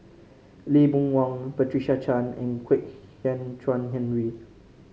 Lee Boon Wang Patricia Chan and Kwek Hian Chuan Henry